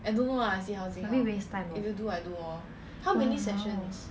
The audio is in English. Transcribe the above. a bit waste time though !walao!